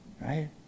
right